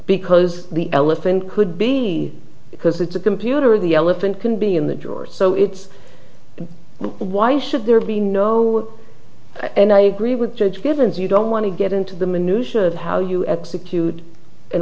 because the elephant could be because it's a computer the elephant can be in the drawer so it's why should there be no and i agree with judge givens you don't want to get into the minutiae of how you execute an